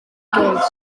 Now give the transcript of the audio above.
jones